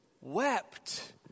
wept